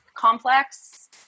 complex